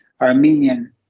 Armenian